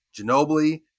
Ginobili